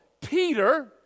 Peter